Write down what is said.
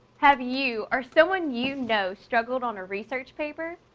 have you or someone you know struggled on a research paper?